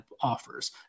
offers